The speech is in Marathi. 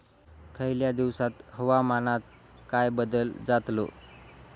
यतल्या दिवसात हवामानात काय बदल जातलो?